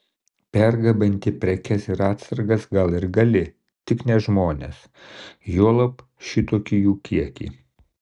pergabenti prekes ir atsargas gal ir gali tik ne žmones juolab šitokį jų kiekį